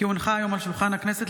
כי הונחה היום על שולחן הכנסת,